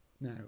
Now